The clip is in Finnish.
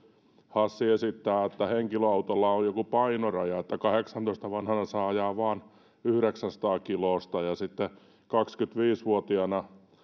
hassi esittää että henkilöautolla on joku painoraja niin että kahdeksantoista vanhana saa ajaa vain yhdeksänsataa kiloista ja sitten kaksikymmentäviisi vuotiaana